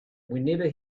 whenever